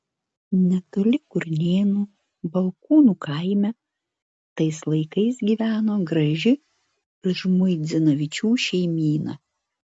netoli kurnėnų balkūnų kaime tais laikais gyveno graži žmuidzinavičių šeimyna